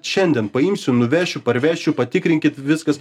šiandien paimsiu nuvešiu parvešiu patikrinkit viskas